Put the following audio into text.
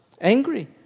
angry